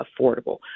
affordable